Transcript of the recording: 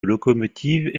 locomotives